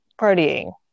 partying